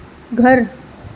گھر